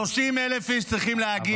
30,000 איש צריכים להגיע.